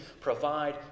provide